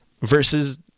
versus